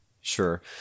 Sure